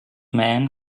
man